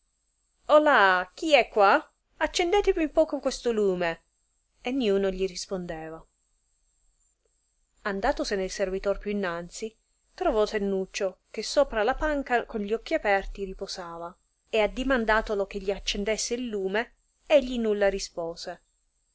disse là chi è qua accendetemi un poco questo lume e niuno gli rispondeva andatosene il servitor più innanzi trovò sennuccio che sopra la panca con gli occhi aperti posava e addimandatolo che gli accendesse il lume egli nulla rispose